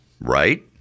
right